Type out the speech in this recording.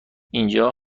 اینجا